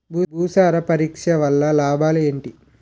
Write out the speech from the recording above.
భూసార పరీక్ష వలన లాభాలు ఏంటి?